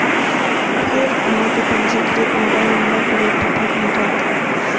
फेर अहां कें पंजीकृत मोबाइल नंबर पर ओ.टी.पी भेटत